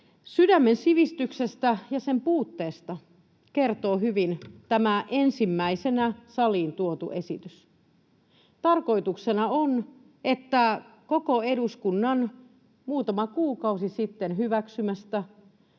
Sydämen sivistyksestä ja sen puutteesta kertoo hyvin tämä ensimmäisenä saliin tuotu esitys. Tarkoituksena on, että koko eduskunnan muutama kuukausi sitten hyväksymästä